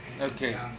Okay